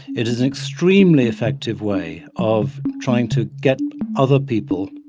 it is an extremely effective way of trying to get other people,